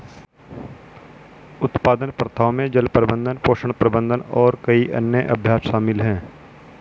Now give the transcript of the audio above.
उत्पादन प्रथाओं में जल प्रबंधन, पोषण प्रबंधन और कई अन्य अभ्यास शामिल हैं